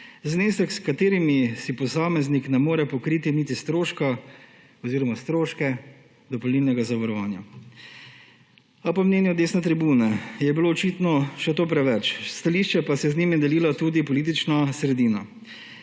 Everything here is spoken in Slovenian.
Znesek, s katerim si posameznik ne more pokriti niti stroškov dopolnilnega zavarovanja. A po mnenju desne tribune je bilo očitno še to preveč, stališče pa si je z njimi delila tudi politična sredina,